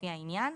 לפי העניין,